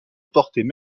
portaient